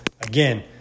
again